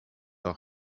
are